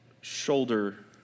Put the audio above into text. shoulder